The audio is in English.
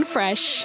Fresh